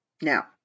Now